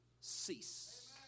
cease